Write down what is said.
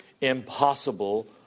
impossible